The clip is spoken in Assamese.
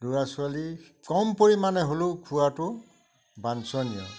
ল'ৰা ছোৱালী কম পৰিমাণে হ'লেও খোওৱাটো বাঞ্চনীয়